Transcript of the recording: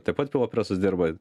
taip pat pilvo presas dirba